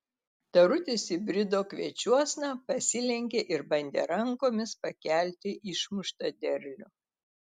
tarutis įbrido kviečiuosna pasilenkė ir bandė rankomis pakelti išmuštą derlių